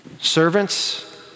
Servants